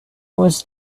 was